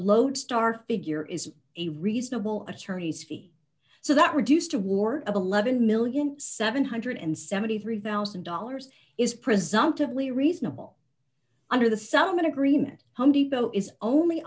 lodestar figure is a reasonable attorney's fee so that reduced award of eleven million seven hundred and seventy three thousand dollars is presumed to be reasonable under the settlement agreement home depot is only